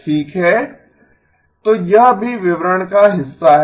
तो यह भी विवरण का हिस्सा है